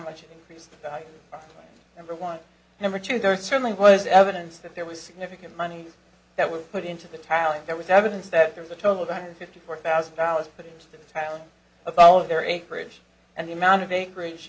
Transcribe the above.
much increased number one number two there certainly was evidence that there was significant money that was put into the towel and there was evidence that there was a total of fifty four thousand dollars but the title of all of their acreage and the amount of acreage